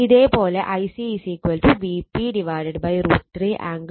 ഇതേ പോലെ Ic Vp√ 3ആംഗിൾ 90o ZY